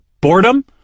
boredom